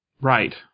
Right